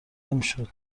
نمیشد